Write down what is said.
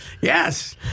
yes